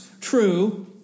true